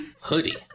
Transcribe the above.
Hoodie